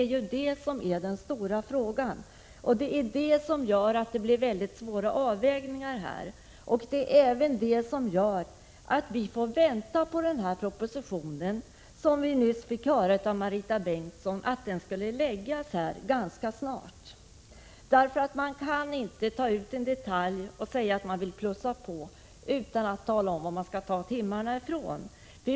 Det är det som är den stora frågan och som gör att det här blir svåra avvägningar. Det är även det som gör att vi får avvakta propositionen; vi fick ju nyss höra av Marita Bengtsson att den skall läggas fram ganska snart. Man kan inte ta ut en detalj och säga att man vill plussa på undervisningen där utan att tala om var någonstans man skall ta timmarna.